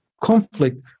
conflict